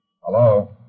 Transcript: Hello